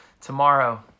tomorrow